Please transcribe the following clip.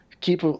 Keep